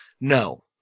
No